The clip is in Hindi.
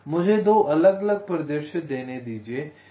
मुझे 2 अलग अलग परिदृश्य देने दीजिए